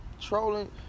Trolling